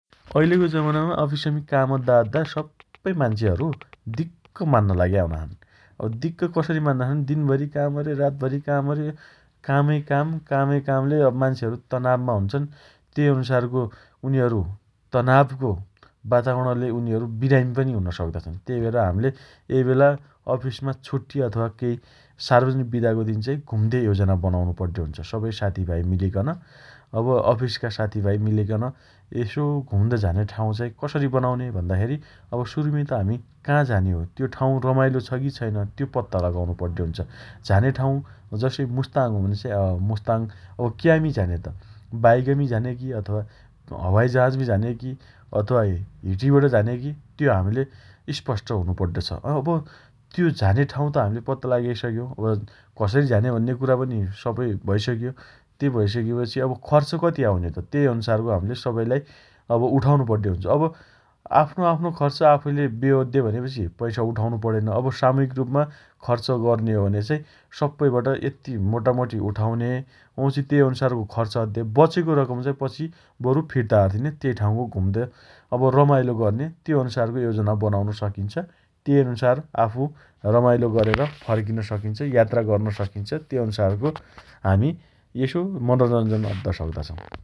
अइलेको जमानामा अफिसमी काम अद्दा अद्दा सप्पै मान्छेहरु दिक्क मान्ना लाग्या हुना छन् । अब दिक्क कसरी मान्ना छन् भने दिनभरी काम अर्या रातभरि काम अयो कामै काम कामै कामले मान्छेहरु तनावमा हुन्छन् । अँ तेइ अनुसारको उनीहरु तनावको वातावरणले उनीहरु विरामी पनि हुन सक्दा छन् । तेइ भएर हाम्ले एइ बेला अफिसमा छुट्टि अथवा सार्वजनिक बिदाको दिन चाई घुम्दे योजना बनाउनो पड्डे हुन्छ । सबै साथीभाइ मिलिकन अब अफिसका साथीभाइ मिलिकन यसो घुम्द झाने ठाउँ चाइ कसरी बनाउने भन्दाखेरी अब सुरुमी त हामी काँ झाने हो? त्यो ठाउँ रमाइलो छ की छैन? त्यो पत्ता लगाउनु पड्डे हुन्छ । झाने ठाउँ जसइ मुस्ताङ हो भने चाइ अँ मुस्ताङ अब क्यामी झाने त? बाइक मी झाने की अथवा हवाइ जहाजमी झाने की अथवा हिटिबट झाने की त्यो हाम्ले स्पष्ट हुनुपड्डो छ । अब त्यो झाने ठाउँ त हम्ले पत्ता लगाइसकेउ अब कसरी झाने भन्ने कुरापनि सबै भइसक्यो । त्यो भइसकेपछि अब खर्च कति आउने त? तेइ अनुसारको हम्ले सबैलाई उठाउने पड्डो हुन्छ । अब आफ्नो आफ्नो खर्च आफैले बेहोद्दे हो भनेपछि पैसा उठाउनो पणेन । अब सामूहिक रुपमा खर्च गर्ने हो भने चाइ सप्पैबट यत्ति मोटा मोटी उठाउने, वाउँछि तेइ अनुसारको खर्च अद्दे । बचेको रकम चाइ पछि बरु फिर्ता अरिदिने । तेइ ठाउँको घुम्द । अब रमाइलो गर्ने, त्यो अनुसारको योजना बनाउन सकिन्छ । तेइ अनुसार आफू रमाइलो गरेर फर्किन सकिन्छ । यात्रा गर्न सकिन्छ । तेइ अनुसार हामी यसो मनोरञ्जन अद्द सक्दा छौं ।